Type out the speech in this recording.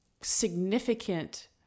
significant